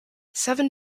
seven